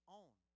own